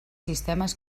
sistemes